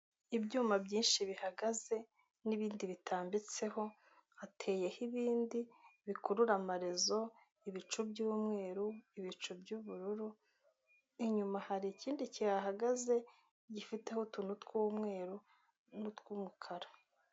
Ibyuma byinshi bihagaze n'ibindi bitambitseho, hateyeho ibindi bikurura amarezo, ibicu by'umweru, ibicu by'ubururu, inyuma hari ikindi kihahagaze gifite utuntu tw'umweru, n'utw'umukara.